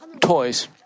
toys